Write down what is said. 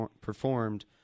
performed